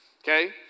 Okay